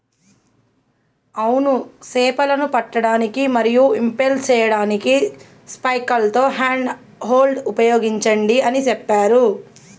అవును సేపలను పట్టడానికి మరియు ఇంపెల్ సేయడానికి స్పైక్లతో హ్యాండ్ హోల్డ్ ఉపయోగించండి అని సెప్పారు